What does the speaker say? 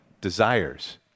desires